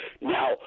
Now